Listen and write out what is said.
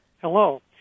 Hello